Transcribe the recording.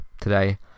today